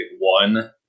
one